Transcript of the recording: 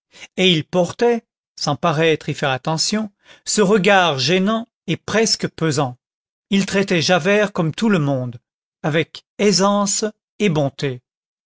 et il portait sans paraître y faire attention ce regard gênant et presque pesant il traitait javert comme tout le monde avec aisance et bonté